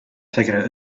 figure